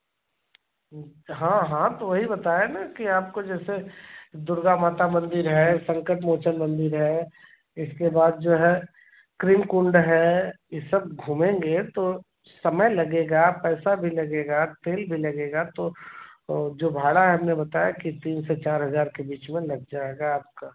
हाँ हाँ तो वही बताए ना कि आपको जैसे दुर्गा माता मंदिर है संकट मोचन मंदिर है इसके बाद जो है क्रीम कुंड है यह सब घूमेंगे तो समय लगेगा पैसा भी लगेगा तेल भी लगेगा तो जो भाड़ा हमने बताया कि तीन से चार हज़ार के बीच में लग जाएगा आपका